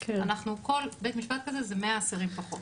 אנחנו כל בית משפט כזה זה 100 אסירים פחות.